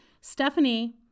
Stephanie